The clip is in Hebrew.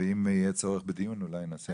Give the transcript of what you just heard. ואם יהיה צורך בדיון, אולי נעשה על זה דיון.